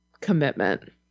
commitment